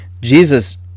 Jesus